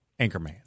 Anchorman